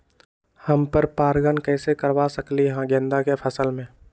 हम पर पारगन कैसे करवा सकली ह गेंदा के फसल में?